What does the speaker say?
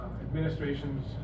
Administration's